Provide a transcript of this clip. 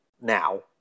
now